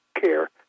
care